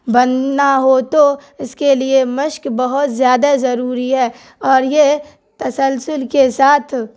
بننا ہو تو اس کے لیے مشق بہت زیادہ ضروری ہے اور یہ تسلسل کے ساتھ